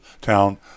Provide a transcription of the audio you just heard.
town